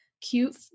cute